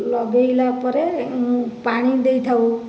ଲଗେଇଲା ପରେ ପାଣି ଦେଇଥାଉ